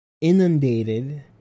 inundated